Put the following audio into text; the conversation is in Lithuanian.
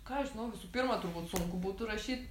ką aš žinau visų pirma turbūt sunku būtų rašyt